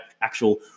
actual